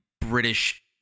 British